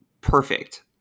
perfect